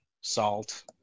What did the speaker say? salt